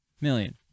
million